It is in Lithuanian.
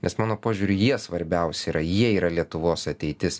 nes mano požiūriu jie svarbiausi yra jie yra lietuvos ateitis